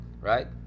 right